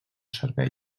servei